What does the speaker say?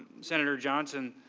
senator johnson